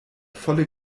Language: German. volle